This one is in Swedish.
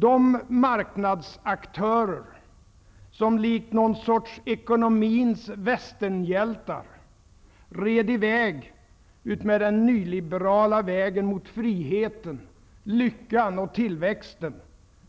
De marknadsaktörer som likt ett slags ekonomins västernhjältar red i väg utmed den nyliberala vägen mot friheten, lyckan och tillväxten